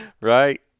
Right